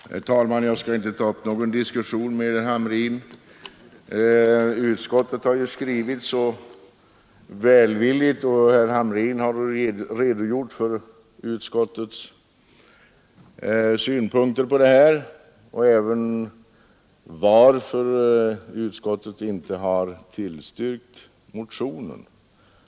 Herr talman! Jag skall inte ta upp någon diskussion med herr Hamrin — utskottet har ju skrivit ytterst välvilligt och herr Hamrin har redogjort för utskottets synpunkter samt redovisat varför utskottet inte har tillstyrkt motionen.